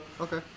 Okay